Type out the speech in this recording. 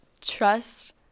trust